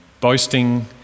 boasting